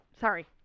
Sorry